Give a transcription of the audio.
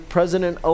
President